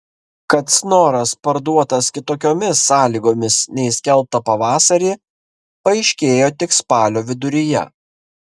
kad snoras parduotas kitokiomis sąlygomis nei skelbta pavasarį paaiškėjo tik spalio viduryje